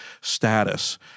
status